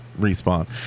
respawn